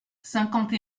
cinquante